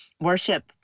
worship